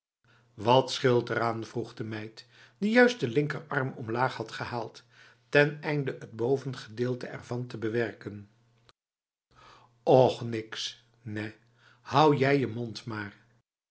wat scheelt eraan vroeg de meid die juist de linkerarm omlaag had gehaald teneinde het bovengedeelte ervan te bewerken och niks nèh hou jij je mond maar